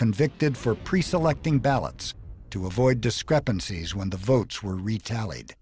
convicted for pre selecting ballots to avoid discrepancies when the votes were retaliate